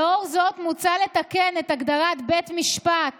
לאור זאת, מוצע לתקן את הגדרת בית משפט